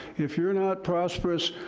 if you're not prosperous,